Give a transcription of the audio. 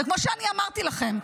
וכמו שאמרתי לכם,